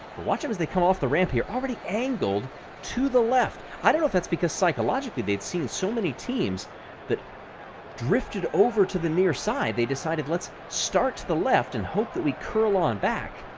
watch them as they come off the ramp here, already angled to the left. i don't know if that's because psychologically they've seen so many teams that drifted over to the near side, they decided let's start to the left and hope that we curl on back.